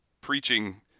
preaching